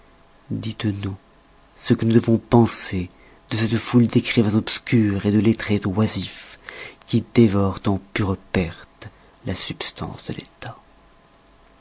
dites-nous ce que nous devons penser de cette foule d'ecrivains obscurs de lettrés oisifs qui dévorent en pure perte la substance de l'etat